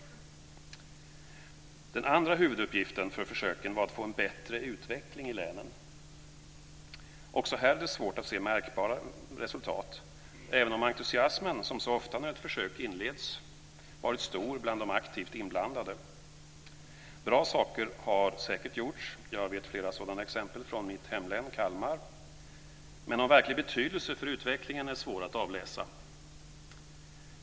Den andra huvuduppgiften med försöken var att få en bättre utveckling i länen. Också här är det svårt att se märkbara resultat, även om entusiasmen, som så ofta när ett försök inleds, varit stor bland de aktivt inblandade. Bra saker har säkert gjorts - jag vet flera sådana exempel från mitt hemlän Kalmar - men någon verklig betydelse för utvecklingen är svår att avläsa.